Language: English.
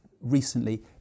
recently